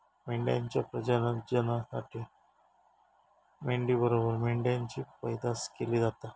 मेंढ्यांच्या प्रजननासाठी मेंढी बरोबर मेंढ्यांची पैदास केली जाता